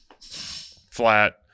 flat